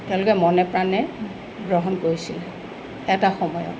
তেওঁলোকে মনে প্ৰাণে গ্ৰহণ কৰিছিল এটা সময়ত